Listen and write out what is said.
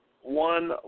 one